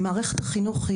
אם מערכת החינוך,